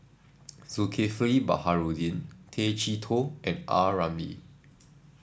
Zulkifli Baharudin Tay Chee Toh and A Ramli